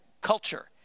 culture